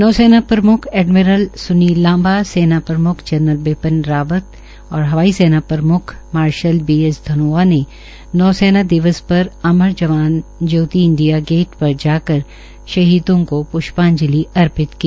नौसैना प्रम्ख एडमिरल स्नील लांबा सेना प्रम्ख जनरल बिपन रावत और हवाई सेना प्रम्ख मार्शल बी एस धनोया ने नौसेना दिवस पर अमर जवान ज्योति इंडिया गेट पर माल्यार्पण कर शहीदों को श्रदवाजंलि दी